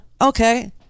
okay